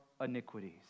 iniquities